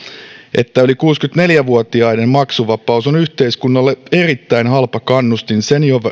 että yli kuusikymmentäneljä vuotiaiden maksuvapaus on yhteiskunnalle erittäin halpa kannustin